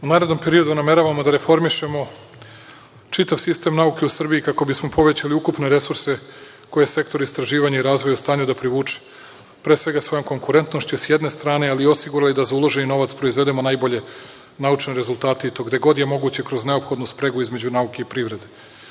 narednom periodu nameravamo da reformišemo čitav sistem nauke u Srbiji kako bi smo povećali ukupne resurse koje je sektor istraživanja i razvoja u stanju da privuče, pre svega sa svojom konkurentnošću sa jedne strane ali i osigura da za uloženi novac proizvedemo najbolje naučne rezultate i to gde god je moguće kroz neophodnu spregu između nauke i privrede. Osim